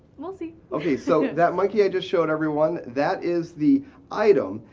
we'll see. okay, so that monkey i just showed everyone, that is the item.